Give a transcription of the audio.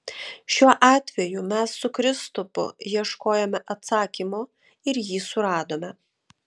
šiuo atveju mes su kristupu ieškojome atsakymo ir jį suradome